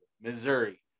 Missouri